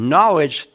Knowledge